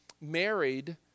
married